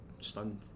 stunned